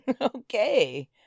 Okay